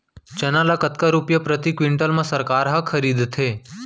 चना ल कतका रुपिया प्रति क्विंटल म सरकार ह खरीदथे?